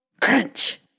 Crunch